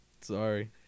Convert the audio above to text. Sorry